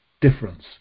difference